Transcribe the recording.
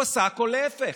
הוא עשה הכול להפך.